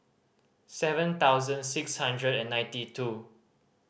seven thousand six hundred and ninety two